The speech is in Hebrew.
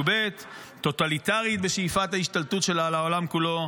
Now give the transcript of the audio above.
ב'; טוטליטרית בשאיפת ההשתלטות שלה על העולם כולו,